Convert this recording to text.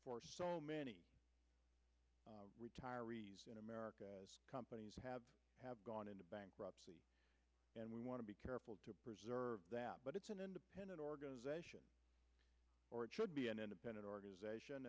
for retirees america companies have have gone into bankruptcy and we want to be careful to preserve that but it's an independent organization or it should be an independent organization